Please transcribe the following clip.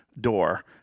door